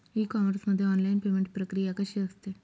E commerce मध्ये online payment प्रक्रिया कशी असते?